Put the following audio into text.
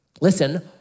Listen